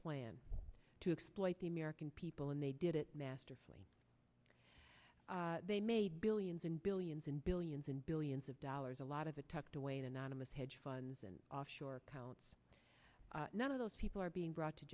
plan to exploit the american people and they did it masterfully they made billions and billions and billions and billions of dollars a lot of the tucked away in anonymous hedge funds and offshore accounts none of those people are being brought to